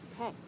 Okay